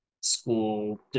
school